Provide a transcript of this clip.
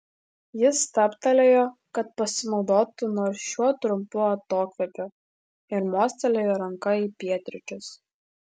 jis stabtelėjo kad pasinaudotų nors šiuo trumpu atokvėpiu ir mostelėjo ranka į pietryčius